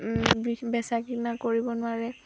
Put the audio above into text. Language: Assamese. বেচা কিনা কৰিব নোৱাৰে